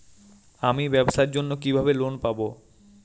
আমি ব্যবসার জন্য কিভাবে লোন পাব?